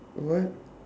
what